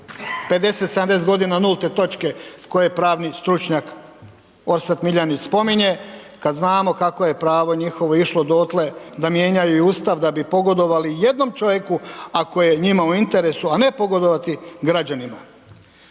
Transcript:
50, 70 godina nulte točke koje pravni stručnjak Orsat Miljenić spominje kad znamo kako je pravo njihovo išlo dotle da mijenjaju i Ustav kako bi pogodovali jednom čovjeku ako je njima u interesu a ne pogodovati građanima.